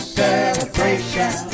celebration